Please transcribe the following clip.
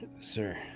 sir